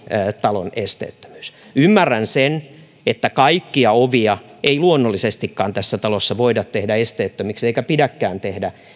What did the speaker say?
talon esteettömyys ymmärrän sen että kaikkia ovia ei luonnollisestikaan tässä talossa voida tehdä esteettömiksi eikä pidäkään tehdä